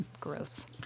Gross